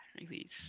Release